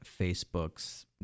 facebook's